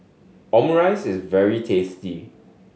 omurice is very tasty